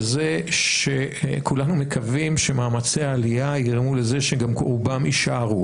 וזה כשכולנו מקווים שמאמצי העלייה יגרמו לזה שגם רובם יישארו,